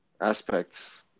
aspects